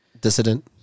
Dissident